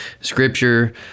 Scripture